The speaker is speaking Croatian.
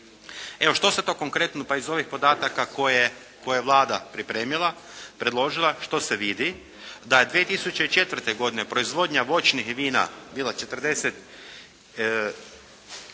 Evo, što se to konkretno pa i iz ovih podataka koje je Vlada pripremila, predložila, što se vidi. Da je 2004. godine proizvodnja voćnih vina bila 42